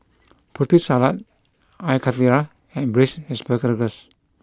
Putri Salad Air Karthira and Braised Ssparagus